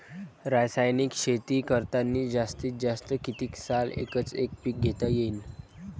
रासायनिक शेती करतांनी जास्तीत जास्त कितीक साल एकच एक पीक घेता येईन?